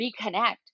reconnect